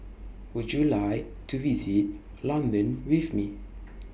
Would YOU like to visit London with Me